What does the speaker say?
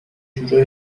جورایی